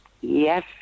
Yes